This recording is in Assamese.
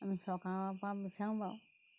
আমি চৰকাৰৰপৰা বিচাৰোঁ বাৰু